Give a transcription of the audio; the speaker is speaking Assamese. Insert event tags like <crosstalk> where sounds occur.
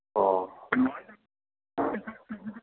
অঁ <unintelligible>